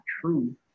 true